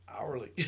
hourly